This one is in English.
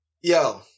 Yo